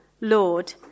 Lord